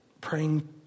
praying